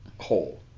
hole